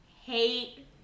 hate